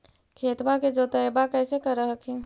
खेतबा के जोतय्बा कैसे कर हखिन?